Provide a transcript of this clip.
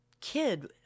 kid